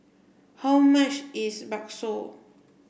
how much is Bakso